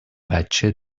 بچه